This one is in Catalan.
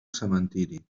cementiri